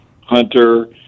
hunter